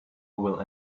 will